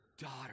Daughter